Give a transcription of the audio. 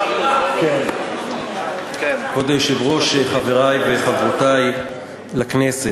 כבוד היושב-ראש, חברי וחברותי לכנסת,